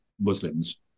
muslims